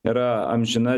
yra amžina